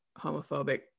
homophobic